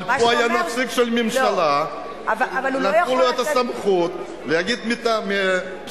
אבל פה היה נציג של הממשלה שנתנו לו את הסמכות להגיד בשם הממשלה.